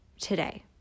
today